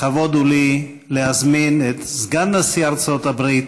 לכבוד הוא לי להזמין את סגן נשיא ארצות הברית